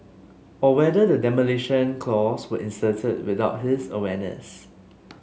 or whether the demolition clause was inserted without his awareness